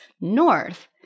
north